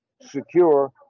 secure